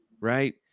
right